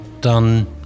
done